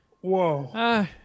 Whoa